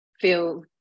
feel